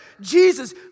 Jesus